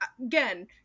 again